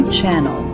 channel